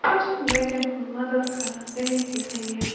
پَتہٕ چھِ تِم گَرکٮ۪ن ہٕنٛز مَدَد کَران تمے کہِ ذریعہِ